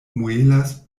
muelas